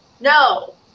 No